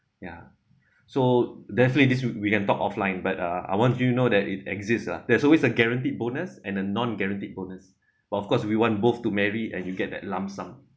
ya so definitely this we can talk offline but uh I want you to know that it exist ah there's always a guaranteed bonus and a non guaranteed bonus but of course we want both to merry and you get that lump sum